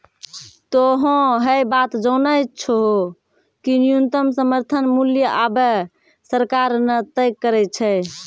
तोहों है बात जानै छौ कि न्यूनतम समर्थन मूल्य आबॅ सरकार न तय करै छै